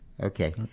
Okay